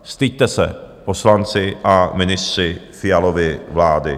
Styďte se, poslanci a ministři Fialovy vlády!